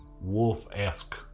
wolf-esque